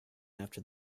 after